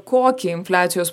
kokį infliacijos